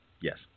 Yes